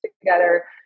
together